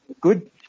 good